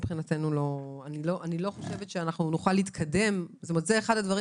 מבחינתנו זה אחד הדברים